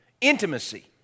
Intimacy